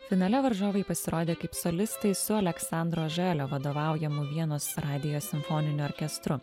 finale varžovai pasirodė kaip solistai su aleksandro želio vadovaujamu vienos radijo simfoniniu orkestru